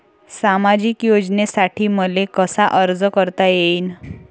सामाजिक योजनेसाठी मले कसा अर्ज करता येईन?